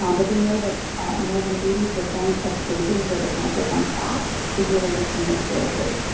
um but they know that more than eighty percent of cases where the cancer comes back is related to missed doses.